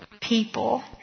people